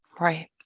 right